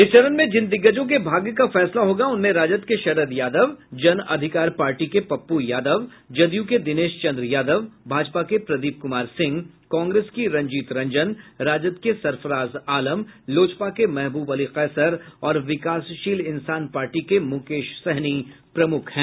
इस चरण में जिन दिग्गजों के भाग्य का फैसला होगा उनमें राजद के शरद यादव जन अधिकार पार्टी के पप्पू यादव जदयू के दिनेश चंद्र यादव भाजपा के प्रदीप कुमार सिंह कांग्रेस की रंजीत रंजन राजद के सरफराज आलम लोजपा के महबूब अली कैसर और विकासशील इंसान पार्टी के मुकेश सहनी प्रमुख हैं